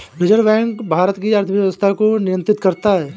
reserve bank Bharat की अर्थव्यवस्था को नियन्त्रित करता है